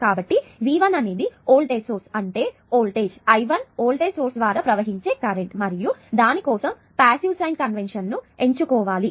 కాబట్టి V1 అనేది voltage source అంటే వోల్టేజ్ I 1 వోల్టేజ్ సోర్స్ ద్వారా ప్రవహించే కరెంట్ మరియు నేను దాని కోసం పాసివ్ సైన్ కన్వెన్షన్ ఎంచుకోవాలి